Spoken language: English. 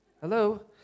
Hello